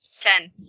Ten